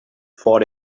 vor